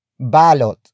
Balot